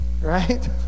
Right